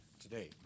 today